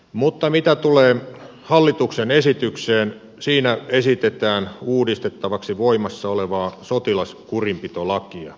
mutta mitä tulee hallituksen esitykseen siinä esitetään uudistettavaksi voimassa olevaa sotilaskurinpitolakia